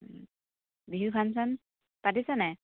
Bihu function পাতিছে নাই